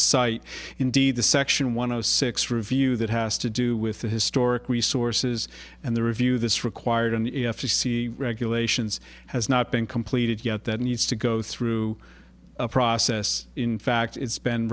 site indeed the section one of six review that has to do with the historic resources and the review this required in the f c c regulations has not been completed yet that needs to go through a process in fact it's been